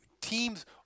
teams